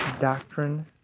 doctrine